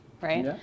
right